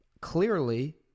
clearly